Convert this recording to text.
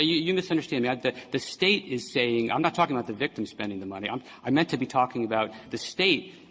you you misunderstand me. the the state is saying i'm not talking about the victim spending the money. i'm i meant to be talking about the state